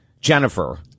Jennifer